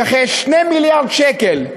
כ-2 מיליארד שקל.